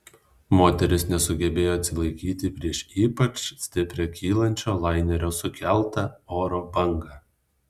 moteris nesugebėjo atsilaikyti prieš ypač stiprią kylančio lainerio sukeltą oro bangą